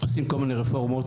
עושים כל מיני רפורמות.